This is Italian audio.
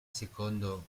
secondo